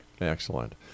Excellent